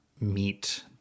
meet